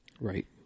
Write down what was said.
Right